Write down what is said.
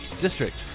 district